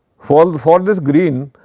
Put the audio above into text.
for for this green